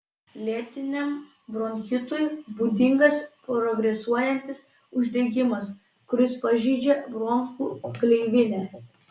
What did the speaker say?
lėtiniam bronchitui būdingas progresuojantis uždegimas kuris pažeidžia bronchų gleivinę